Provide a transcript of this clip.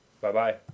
Bye-bye